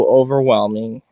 overwhelming